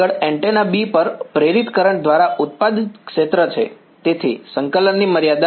આગળ antenna B પર પ્રેરિત કરંટ દ્વારા ઉત્પાદિત ક્ષેત્ર છે તેથી સંકલનની મર્યાદા